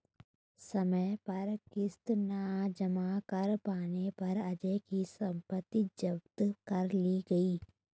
समय पर किश्त न जमा कर पाने पर अजय की सम्पत्ति जब्त कर ली गई